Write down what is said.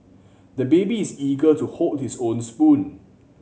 the baby is eager to hold his own spoon